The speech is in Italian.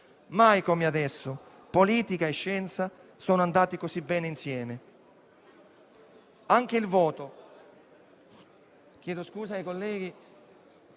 Mai come adesso politica e scienza sono andate così bene insieme.